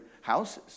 houses